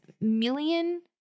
million